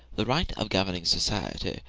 the right of governing society,